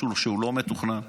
זה משהו לא מתוכנן.